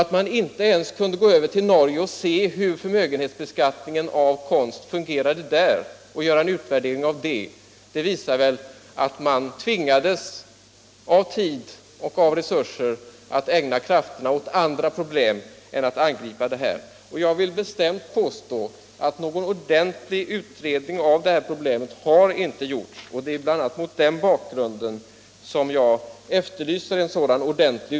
Att man inte ens kunde gå över till Norge för att se hur förmögenhetsbeskattningen av konst fungerar där och göra en utvärdering av det visar väl att man tvingades av hänsyn till tid och resurser att ägna krafterna åt andra problem än det här. Jag vill bestämt påstå att någon ordentlig utredning av det här problemet inte har gjorts. Det är bl.a. mot den bakgrunden jag efterlyser en sådan utredning.